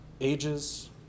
ages